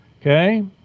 Okay